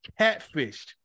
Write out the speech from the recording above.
catfished